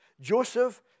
Joseph